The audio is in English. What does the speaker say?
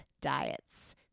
Diets